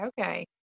Okay